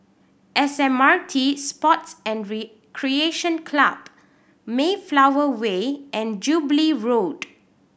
S M R T Sports and Recreation Club Mayflower Way and Jubilee Road